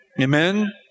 amen